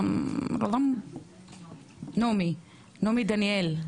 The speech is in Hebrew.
נעמי דניאל.